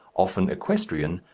often equestrian,